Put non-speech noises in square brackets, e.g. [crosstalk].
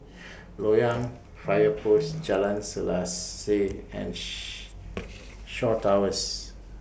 Loyang Fire Post [noise] Jalan Selaseh and She [noise] Shaw Towers